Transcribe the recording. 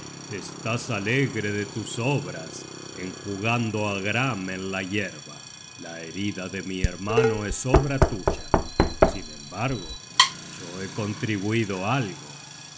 estás alegre de tus obras enjugando á gram en la yerba la herida de mi hermano es obra tuya sin embargo yo he contribuido algo